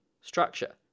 structure